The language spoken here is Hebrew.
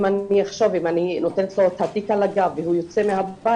אם אני נותנת לו את התיק על הגב והוא יוצא מהבית,